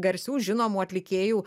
garsių žinomų atlikėjų